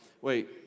wait